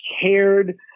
cared